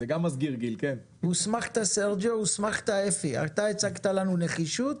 הוסמכת אפי, אתה הצגת לנו נחישות,